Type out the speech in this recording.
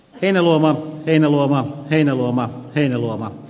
heinäluoma heinäluoma heinäluoma heinäluoma